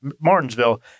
Martinsville